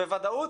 בוודאות